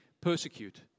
persecute